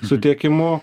su tiekimu